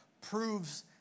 proves